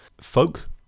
folk